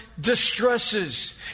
distresses